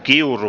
kiuru